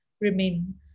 remain